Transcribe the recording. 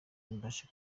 mbashe